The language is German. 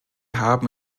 haben